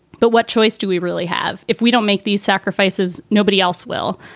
but what choice do we really have if we don't make these sacrifices? nobody else will.